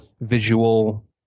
visual